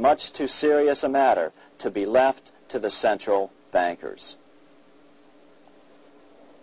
much too serious a matter to be left to the central bankers